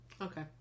okay